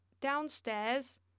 downstairs